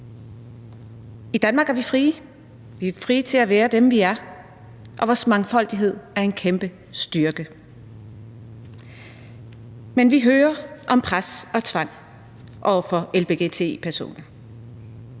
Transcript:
I Danmark er vi frie. Vi er frie til at være dem, vi er, og vores mangfoldighed er en kæmpe styrke. Men vi hører om pres og tvang over for lgbt-personer,